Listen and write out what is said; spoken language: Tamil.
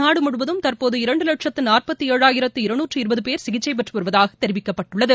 நாடு முழுவதும் தற்போது இரண்டு வட்சத்து நாற்பத்து ஏழாயிரத்து இருநுற்று இருபது பேர் சிகிச்சை பெற்று வருவதாக தெரிவிக்கப்பட்டுள்ளது